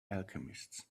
alchemists